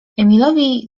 emilowi